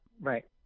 right